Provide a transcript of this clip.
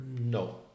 No